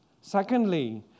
Secondly